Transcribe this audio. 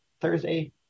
Thursday